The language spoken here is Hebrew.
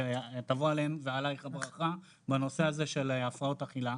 ותבוא עליהם ועלייך הברכה בנושא הזה של הפרעות אכילה.